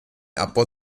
abbau